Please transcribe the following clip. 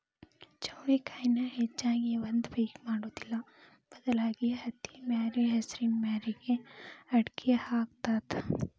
ಚೌಳಿಕಾಯಿನ ಹೆಚ್ಚಾಗಿ ಒಂದ ಪಿಕ್ ಮಾಡುದಿಲ್ಲಾ ಬದಲಾಗಿ ಹತ್ತಿಮ್ಯಾರಿ ಹೆಸರಿನ ಮ್ಯಾರಿಗೆ ಅಕ್ಡಿ ಹಾಕತಾತ